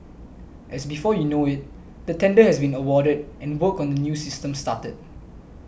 as before you know it the tender has been awarded and work on the new system started